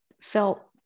felt